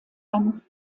werden